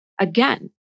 again